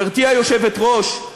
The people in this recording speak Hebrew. גברתי היושבת-ראש,